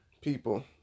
people